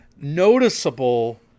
noticeable